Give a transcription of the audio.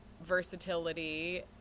versatility